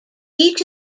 each